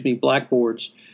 blackboards